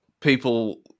People